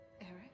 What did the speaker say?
Eric